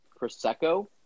Prosecco